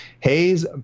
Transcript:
Hayes